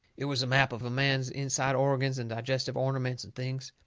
it was a map of a man's inside organs and digestive ornaments and things.